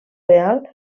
real